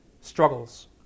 struggles